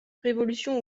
révolution